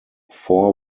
four